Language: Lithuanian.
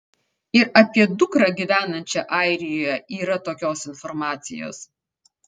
ir apie dukrą gyvenančią airijoje yra tokios informacijos